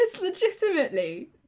legitimately